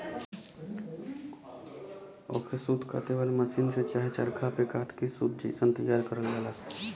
ओके सूत काते वाले मसीन से चाहे चरखा पे कात के सूत जइसन तइयार करल जाला